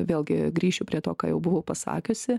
vėlgi grįšiu prie to ką jau buvau pasakiusi